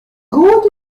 goed